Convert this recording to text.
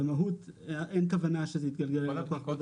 במהות אין כוונה שזה יתגלגל על הלקוח.